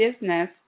business